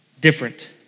different